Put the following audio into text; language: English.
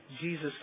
Jesus